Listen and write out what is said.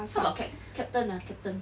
sort of cap~ captain ah captain